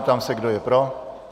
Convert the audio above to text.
Ptám se, kdo je pro.